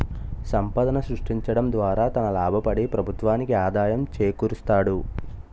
సంపాదన సృష్టించడం ద్వారా తన లాభపడి ప్రభుత్వానికి ఆదాయం చేకూరుస్తాడు